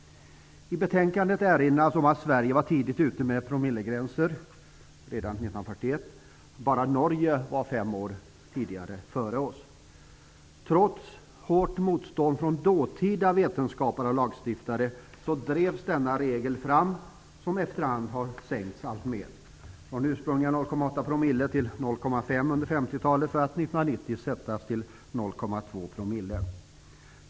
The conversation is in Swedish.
I betänkandet erinras om att Sverige var tidigt ute med promillegränser, som infördes redan 1941. Bara Norge var fem år före oss. Trots ett hårt motstånd från dåtida vetenskapare och lagstiftare drevs denna regel fram, och gränsen har efter hand sänkts alltmer. Från ursprungliga 0,8 sänktes gränsen under 50-talet till 0,5 , för att 1990 sättas till 0,2 .